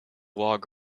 log